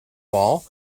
wall